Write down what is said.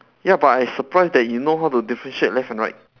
ya but I surprised that you know how to differentiate left and right